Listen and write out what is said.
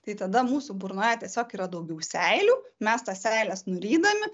tai tada mūsų burnoje tiesiog yra daugiau seilių mes tas seiles nurydami